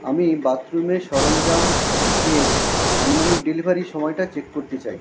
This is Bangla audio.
আমি বাথরুমের সরঞ্জাম এর আনুমানিক ডেলিভারির সময়টা চেক করতে চাই